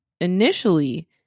Initially